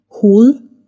Hul